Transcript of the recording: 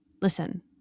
Listen